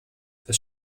das